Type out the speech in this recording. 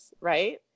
right